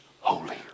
holy